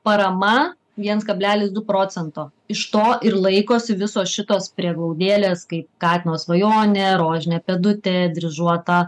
parama viens kablelis du procento iš to ir laikosi visos šitos prieglaudėlės kaip katino svajonė rožinė pėdutė dryžuota